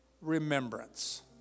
remembrance